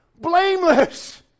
blameless